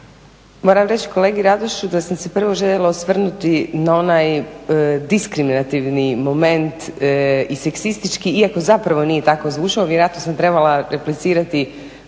Moram reći kolegi Radošu da sam se prvo željela osvrnuti na onaj diskriminativni moment i seksistički iako zapravo nije tako zvučalo, vjerojatno sam trebala replicirati